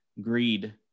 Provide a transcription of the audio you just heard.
Greed